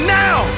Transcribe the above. now